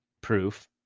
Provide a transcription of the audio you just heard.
proof